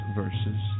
verses